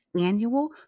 annual